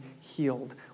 healed